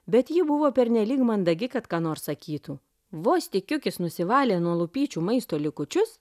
bet ji buvo pernelyg mandagi kad ką nors sakytų vos tik kiukis nusivalė nuo lūpyčių maisto likučius